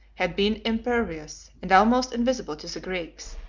had been impervious, and almost invisible, to the greeks.